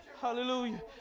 hallelujah